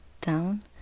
down